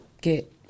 get